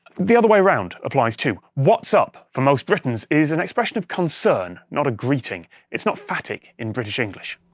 the other way around applies to what's up. for most britons it's an expression of concern, not a greeting it's not phatic in british english.